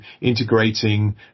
integrating